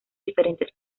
diferentes